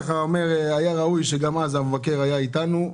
ראוי שגם אז המבקר היה איתנו.